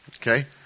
Okay